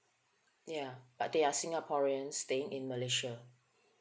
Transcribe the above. ya but they are singaporeans staying in malaysia